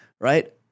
right